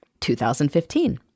2015